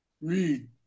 Read